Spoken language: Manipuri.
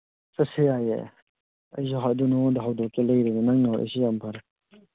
ꯆꯠꯁꯤ ꯌꯥꯏꯌꯦ ꯑꯩꯁꯨ ꯑꯗꯨ ꯅꯉꯣꯟꯗ ꯍꯧꯗꯣꯛꯀꯦꯅ ꯂꯩꯔꯤꯝꯅꯤ ꯅꯪꯅ ꯍꯧꯔꯛꯏꯁꯤ ꯌꯥꯝ ꯐꯔꯦ